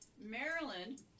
Maryland